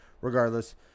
regardless